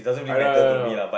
I know know know